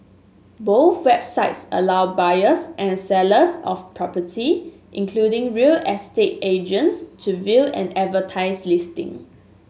both websites allow buyers and sellers of property including real estate agents to view and advertise listing